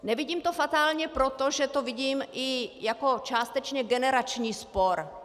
Nevidím to fatálně proto, že to vidím i jako částečně generační spor.